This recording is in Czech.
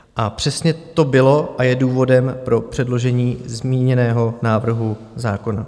A přesně to bylo a je důvodem pro předložení zmíněného návrhu zákona.